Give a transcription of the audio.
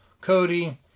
Cody